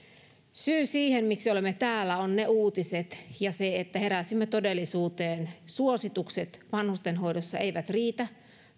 syy siihen miksi olemme täällä on ne uutiset ja se että heräsimme todellisuuteen suositukset vanhustenhoidossa eivät riitä